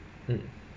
mm